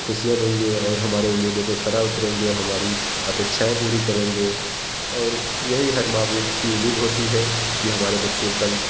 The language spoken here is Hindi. ख़ुशियाँ देंगे और हमारी उम्मीदों पर खरे उतरेंगे हमारी अपेक्षाएं पूरी करेंगे और यही हर माँ बाप की उम्मीद होती है कि हमारे बच्चे कल